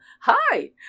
Hi